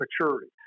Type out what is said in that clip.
maturity